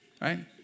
right